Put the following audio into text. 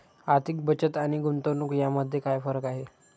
आर्थिक बचत आणि गुंतवणूक यामध्ये काय फरक आहे?